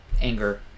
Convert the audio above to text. anger